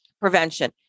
Prevention